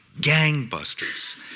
gangbusters